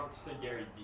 say gary